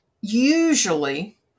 usually